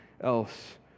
else